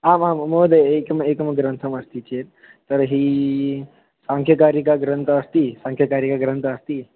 आमां महोदय एकम् एकं ग्रन्थम् अस्ति चेत् तर्हि साङ्ख्यकारिकाग्रन्थः अस्ति साङ्ख्यकारिकाग्रन्थः अस्ति